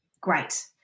great